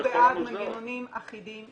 אנחנו בעד מנגנונים אחידים,